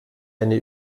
eine